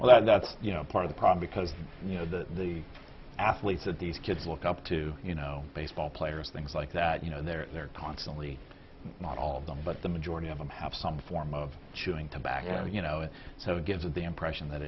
that's part of the problem because you know the athletes that these kids look up to you know baseball players things like that you know they're there constantly not all of them but the majority of them have some form of chewing tobacco you know so it gives it the impression that